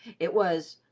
it was,